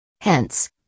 Hence